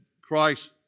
Christ